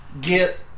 Get